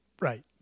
Right